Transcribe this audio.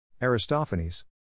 Aristophanes